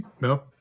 no